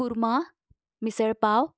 korma misal pav